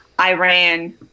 Iran